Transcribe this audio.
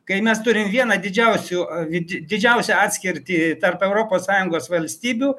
kai mes turim vieną didžiausių avidi didžiausią atskirtį tarp europos sąjungos valstybių